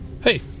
Hey